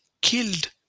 killed